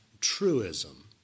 truism